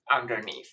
underneath